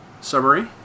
summary